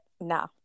No